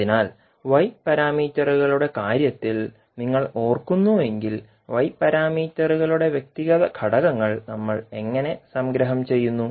അതിനാൽ Y പാരാമീറ്ററുകളുടെ കാര്യത്തിൽ നിങ്ങൾ ഓർക്കുന്നുവെങ്കിൽ Y പാരാമീറ്ററുകളുടെ വ്യക്തിഗത ഘടകങ്ങൾ നമ്മൾ എങ്ങനെ സംഗ്രഹം ചെയ്യുന്നു